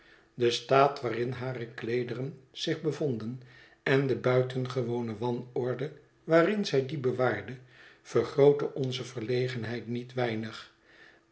de staat waarin hare kleederen zich bevonden en de buitengewone wanorde waarin zij die bewaarde vergrootte onze verlegenheid niet weinig